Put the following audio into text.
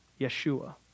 Yeshua